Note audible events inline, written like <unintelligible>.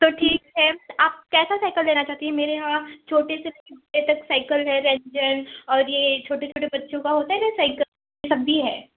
तो ठीक है आप कैसा साइकल लेना चाहती हैं मेरे यहाँ छोटे से <unintelligible> तक साइकल है रेंजर और ये छोटे छोटे बच्चों का होता है न साइकल सभी है